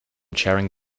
charing